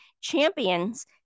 Champions